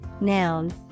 noun